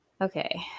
okay